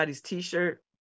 t-shirt